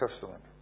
Testament